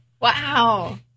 Wow